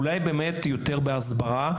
אולי בהסברה.